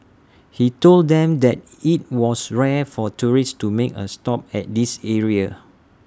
he told them that IT was rare for tourists to make A stop at this area